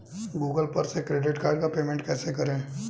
Google पर से credit card का पेमेंट कैसे करें?